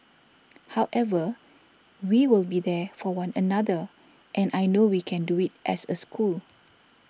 however we will be there for one another and I know we can do it as a school